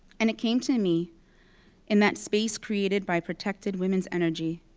and it came to me in that space created by protected women's energy,